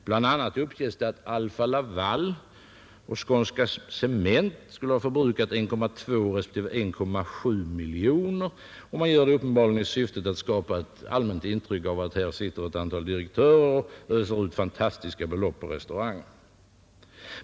Bl.a. uppger man att Alfa-Laval och Skånska cement skulle ha förbrukat 1,2 respektive 1,7 miljoner, och man gör det uppenbarligen i syftet att skapa ett allmänt intryck av att här sitter ett antal direktörer och öser ut fantastiska belopp på restauranger.